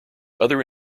other